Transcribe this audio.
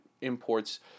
imports